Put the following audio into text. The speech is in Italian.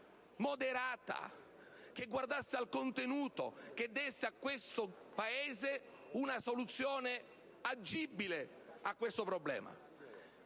moderata, che guardasse al contenuto, che desse a questo Paese una soluzione agibile al problema.